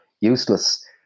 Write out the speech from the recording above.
useless